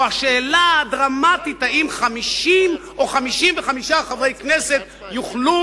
או השאלה הדרמטית אם 50 או 55 חברי כנסת יוכלו